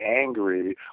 angry